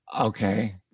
Okay